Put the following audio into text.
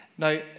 Now